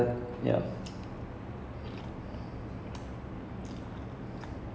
I know the most of the villians in that are like also speedsters தான:thaana